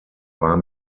war